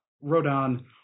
Rodan